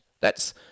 That's